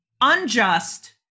unjust